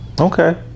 Okay